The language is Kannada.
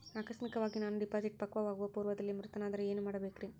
ಆಕಸ್ಮಿಕವಾಗಿ ನಾನು ಡಿಪಾಸಿಟ್ ಪಕ್ವವಾಗುವ ಪೂರ್ವದಲ್ಲಿಯೇ ಮೃತನಾದರೆ ಏನು ಮಾಡಬೇಕ್ರಿ?